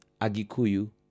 Agikuyu